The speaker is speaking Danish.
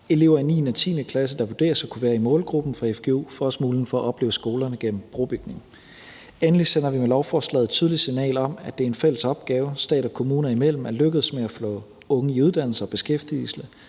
Elever i 9. og 10. klasse, der vurderes at kunne være i målgruppen for fgu, får også muligheden for at opleve skolerne gennem brobygning. Endelig sender vi med lovforslaget et tydeligt signal om, at det er en fælles opgave; at stat og kommuner imellem er lykkedes med at få unge i uddannelse og beskæftigelse.